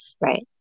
right